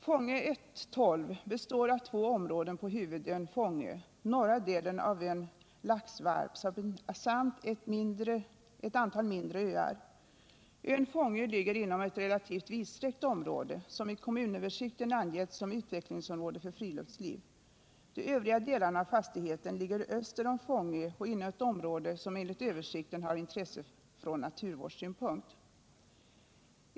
Fångö 1:12 består av två områden på huvudön Fångö, norra delen av ön Laxvarp samt ett antal mindre öar. Ön Fångö ligger inom ett relativt vidsträckt område som i kommunöversikten angetts som utvecklingsområde för friluftsliv. De övriga delarna av fastigheten ligger öster om Fångö och inom ett område som enligt översikten har intresse från naturvårdssynpunkt.